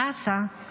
הדסה,